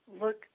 look